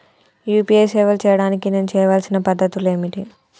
UPI సేవలు చేయడానికి నేను చేయవలసిన పద్ధతులు ఏమిటి?